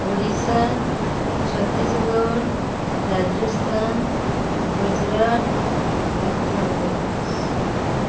Odisha Chhattisgarh Rajasthan Gujarat Madhya Pradesh